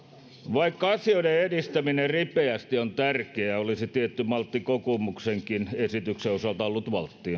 vaikka asioiden edistäminen ripeästi on tärkeää olisi tietty maltti kokoomuksenkin esityksen osalta ollut valttia